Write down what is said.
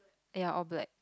ya all black